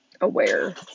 aware